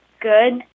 Good